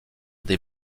des